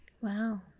Wow